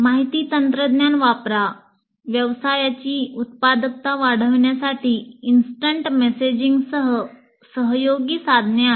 माहिती तंत्रज्ञान वापरा व्यवसायाची उत्पादकता वाढविण्यासाठी त्वरित संदेशवहनसह सहयोगी साधने आहेत